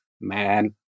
man